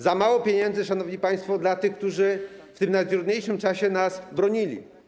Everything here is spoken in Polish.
Za mało pieniędzy, szanowni państwo, dla tych, którzy w tym najtrudniejszym czasie nas bronili.